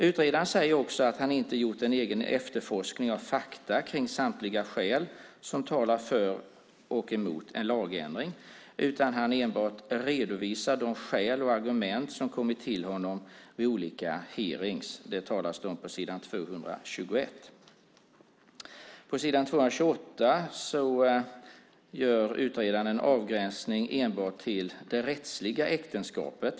Utredaren säger också att han inte har gjort en egen efterforskning av fakta kring samtliga skäl som talar för och emot en lagändring utan enbart redovisar de skäl och argument som kommit till honom vid olika hearingar. Det talas om detta på s. 221. På s. 228 gör utredaren en avgränsning enbart till det rättsliga äktenskapet.